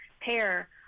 pair